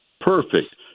perfect